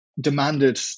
demanded